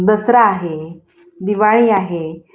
दसरा आहे दिवाळी आहे